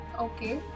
Okay